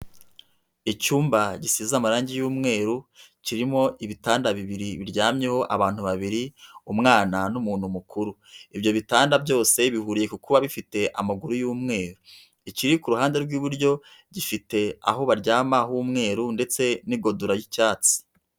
Icyumba gisize amarangi y'umweru kirimo ibitanda bibiri biryamyeho abantu babiri, umwana n'umuntu mukuru, ibyo bitanda byose bihuriye ku kuba bifite amaguru y'umweru, ikiri ku ruhande rw'iburyo gifite aho baryama h'umweru ndetse n'igodora y'icyatsi.